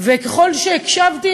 וככל שהקשבתי,